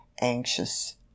anxious